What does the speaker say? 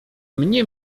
mnie